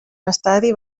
estadi